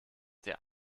der